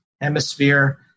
Hemisphere